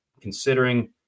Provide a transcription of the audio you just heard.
considering